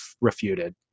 refuted